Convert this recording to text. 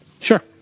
Sure